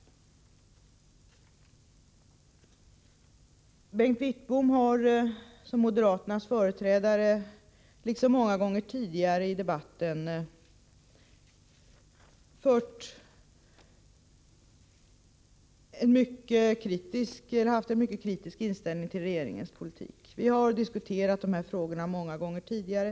Bengt Wittbom har som moderaternas företrädare, liksom många gånger tidigare i debatten, varit mycket kritisk mot regeringens politik. Vi har diskuterat de här frågorna flera gånger tidigare.